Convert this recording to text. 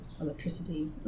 electricity